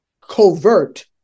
covert